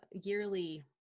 yearly